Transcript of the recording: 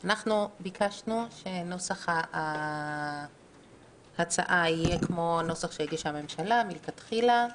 אנחנו ביקשנו שנוסח ההצעה יהיה כמו הנוסח שהגישה הממשלה מלכתחילה.